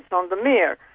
on the mir,